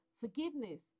forgiveness